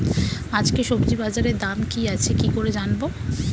আজকে সবজি বাজারে দাম কি আছে কি করে জানবো?